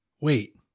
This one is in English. Wait